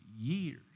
years